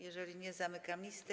Jeżeli nie, zamykam listę.